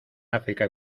áfrica